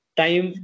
time